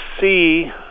see